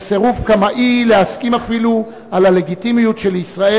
ובסירוב קמאי להסכים אפילו על הלגיטימיות של ישראל,